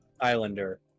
Islander